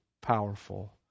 powerful